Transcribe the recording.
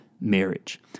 marriage